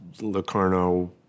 Locarno